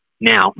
Now